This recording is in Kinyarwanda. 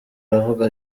aravuga